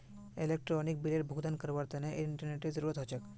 electronic बिलेर भुगतान करवार तने इंटरनेतेर जरूरत ह छेक